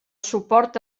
suport